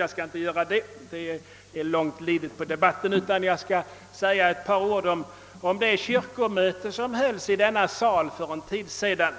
Jag skall inte göra det eftersom det är långt lidet på debatten, utan jag skall säga ett par ord om det kyrkomöte som hölls i denna sal för en tid sedan